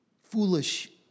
foolish